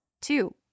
Two